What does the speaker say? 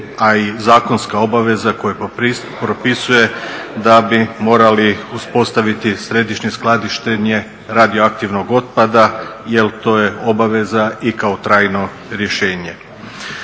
a i zakonska obaveza koju propisuje da bi morali uspostaviti središnje skladištenje radioaktivnog otpada jel to je obaveza i kao trajno rješenje.